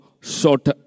short